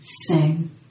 sing